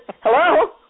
Hello